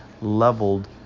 leveled